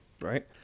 Right